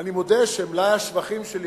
אני מודה שמלאי השבחים שלי,